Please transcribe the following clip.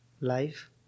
life